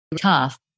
tough